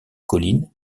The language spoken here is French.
collines